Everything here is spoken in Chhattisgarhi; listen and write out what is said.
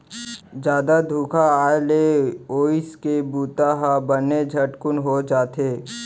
जादा धुका आए ले ओसई के बूता ह बने झटकुन हो जाथे